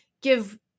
give